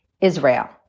Israel